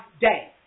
day